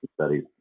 studies